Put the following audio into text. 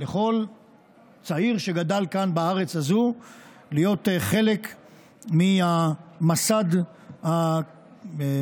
לכל צעיר שגדל כאן בארץ הזו להיות חלק מהמסד הממלכתי,